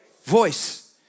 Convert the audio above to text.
voice